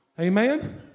Amen